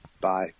bye